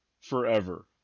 forever